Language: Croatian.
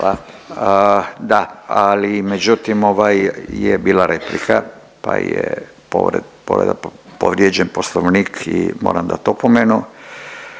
Da, ali međutim ovaj, je bila replika pa je povreda, povrijeđen Poslovnik i moram dati opomenu.